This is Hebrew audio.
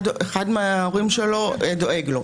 אחד מההורים שלו דואג לו.